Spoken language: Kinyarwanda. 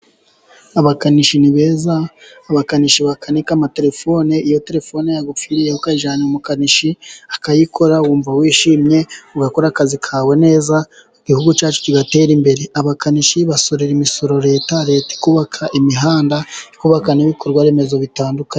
Abakanishi ni beza. Abakanishi bakanika amatelefone, iyo telefone yagupfiriyeho ukayijyanira umukanishi akayikora wumva wishimye. Ugakora akazi kawe neza, Igihugu cyacu kigatera imbere. Abakanishi basorera imisoro Leta. Leta ikubaka imihanda ikubaka n'ibikorwaremezo bitandukanye.